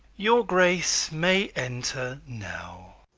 your grace may enter now.